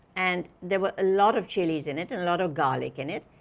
and there were a lot of chilies in it, and lot of garlic in it,